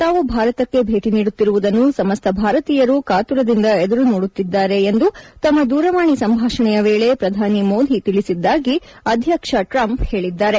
ತಾವು ಭಾರತಕ್ಕೆ ಭೇಟಿ ನೀಡುತ್ತಿರುವುದನ್ನು ಸಮಸ್ತ ಭಾರತೀಯರು ಕಾತುರದಿಂದ ಎದುರು ನೋಡುತ್ತಿದ್ದಾರೆ ಎಂದು ತಮ್ಮ ದೂರವಾಣಿ ಸಂಭಾಷಣೆಯ ವೇಳೆ ಪ್ರಧಾನಿ ಮೋದಿ ತಿಳಿಸಿದ್ದಾಗಿ ಅಧ್ಯಕ್ಷ ಟ್ರಂಪ್ ಹೇಳಿದ್ದಾರೆ